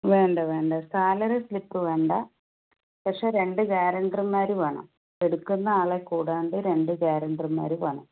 വേണ്ട വേണ്ട salary slip വേണ്ട പക്ഷെ രണ്ട് ഗ്യാരണ്ടർമാര് വേണം എടുക്കുന്ന ആളെ കൂടാണ്ട് രണ്ട് ഗ്യാരണ്ടർമാര് വേണം